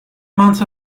month